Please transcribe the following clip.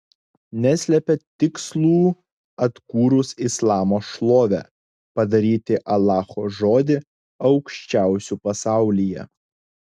neslepia tikslų atkūrus islamo šlovę padaryti alacho žodį aukščiausiu pasaulyje